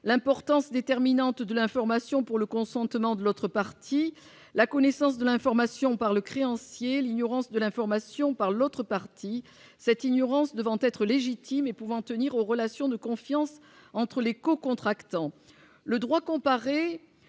l'importance déterminante de l'information pour le consentement de l'autre partie, la connaissance de l'information par le créancier l'ignorance de l'information par l'autre partie cette ignorance devant être légitimés pouvant tenir aux relations de confiance entre les co-contractants le droit comparé